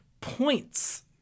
points